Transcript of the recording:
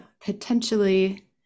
potentially